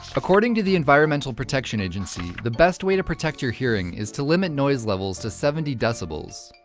according to the environmental protection agency, the best way to protect your hearing is to limit noise levels to seventy decibels.